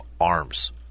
arms